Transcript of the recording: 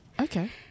Okay